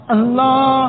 Allah